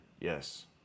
Yes